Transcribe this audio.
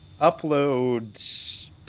uploads